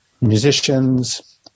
musicians